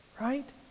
right